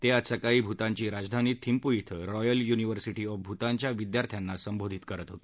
ते आज सकाळी भूतानची राजधानी थिंम्पू ििं रॉयल युनिवर्सिटी ऑफ भूतानच्या विद्यार्थ्यांना संबोधित करत होते